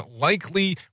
likely